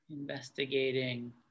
Investigating